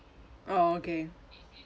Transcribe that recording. oh okay